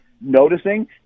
noticing